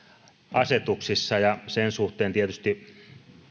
asetuksissa ja sen suhteen tietysti